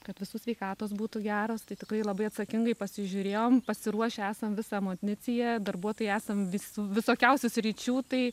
kad visų sveikatos būtų geros tai tikrai labai atsakingai pasižiūrėjom pasiruošę esam visą amuniciją darbuotojai esam vi visokiausių sričių tai